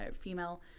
female